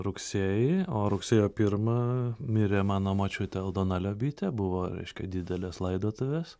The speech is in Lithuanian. rugsėjį o rugsėjo pirmą mirė mano močiutė aldona liobytė buvo reiškia didelės laidotuvės